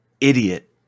idiot